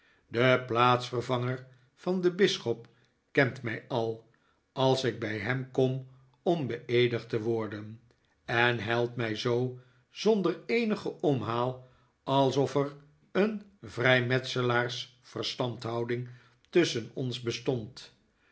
de plaatsvervanger van den bisschop kent mij al als ik bij hem kom om beeedigd te worden en helpt mij zoo zonder eenigen omhaal alsof er een vrijmetselaars verstandhouding tusschen ons bestond